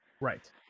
Right